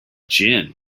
gin